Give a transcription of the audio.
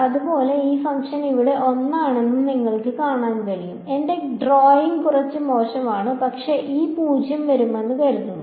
അതുപോലെ ഈ ഫംഗ്ഷൻ ഇവിടെ ഒന്നാണെന്ന് നിങ്ങൾക്ക് കാണാൻ കഴിയും എന്റെ ഡ്രോയിംഗ് കുറച്ച് മോശമാണ് പക്ഷേ ഈ 0 വരുമെന്ന് കരുതുന്നു